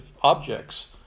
objects